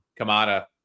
Kamada